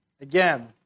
Again